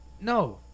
No